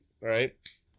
right